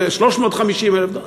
350,000 דולר,